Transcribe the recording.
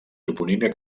toponímia